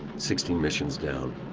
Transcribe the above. sixteen missions down,